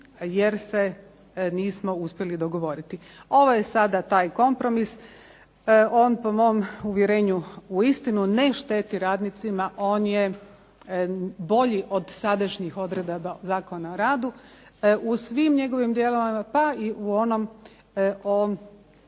jer se nismo uspjeli dogovoriti. Ovo je sada taj kompromis. On po mom uvjerenju uistinu ne šteti radnicima. On je bolji od sadašnjih odredaba Zakona o radu u svim njegovim dijelovima, pa i u onom o